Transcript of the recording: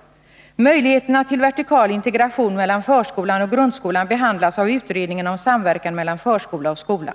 Nr 34 Möjligheterna till vertikal integration mellan förskolan och grundskolan Tisdagen den behandlas av utredningen om samverkan mellan förskola och 24 november 1981 skola.